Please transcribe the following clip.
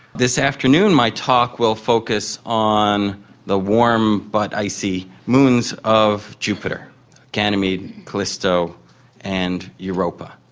this afternoon my talk will focus on the warm but icy moons of jupiter ganymede, callisto and europa.